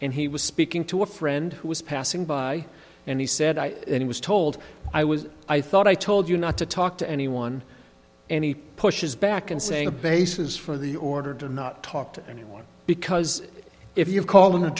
and he was speaking to a friend who was passing by and he said i was told i was i thought i told you not to talk to anyone any pushes back and saying a basis for the order to not talk to anyone because if you